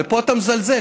פה אתה מזלזל,